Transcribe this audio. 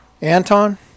Anton